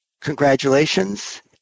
congratulations